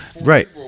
Right